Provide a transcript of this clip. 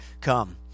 come